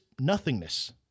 nothingness